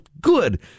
good